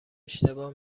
اشتباه